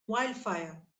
wildfire